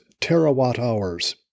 terawatt-hours